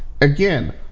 again